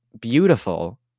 beautiful